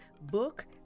book